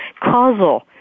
causal